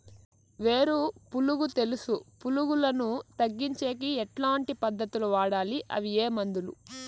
వేరు పులుగు తెలుసు పులుగులను తగ్గించేకి ఎట్లాంటి పద్ధతులు వాడాలి? అవి ఏ మందులు?